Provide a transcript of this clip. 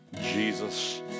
Jesus